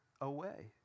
away